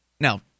now